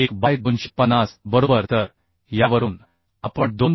1 by 250 बरोबर तर यावरून आपण 2